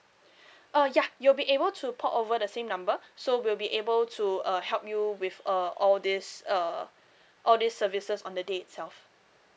uh ya you'll be able to port over the same number so we'll be able to uh help you with uh all these uh all these services on the day itself